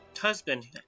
husband